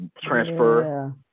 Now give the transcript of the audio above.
Transfer